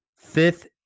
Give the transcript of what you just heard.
fifth